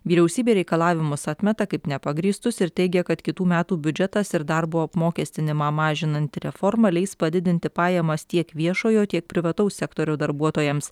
vyriausybė reikalavimus atmeta kaip nepagrįstus ir teigia kad kitų metų biudžetas ir darbo apmokestinimą mažinanti reforma leis padidinti pajamas tiek viešojo tiek privataus sektorių darbuotojams